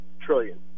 trillion